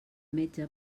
metge